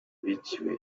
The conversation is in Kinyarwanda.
biciwe